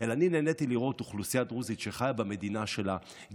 אלא אני נהניתי לראות אוכלוסייה דרוזית שחיה במדינה שלה,